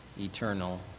eternal